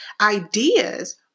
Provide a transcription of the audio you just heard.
ideas